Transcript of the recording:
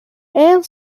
and